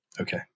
Okay